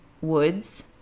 Woods